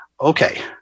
Okay